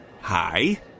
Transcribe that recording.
Hi